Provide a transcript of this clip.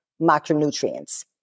macronutrients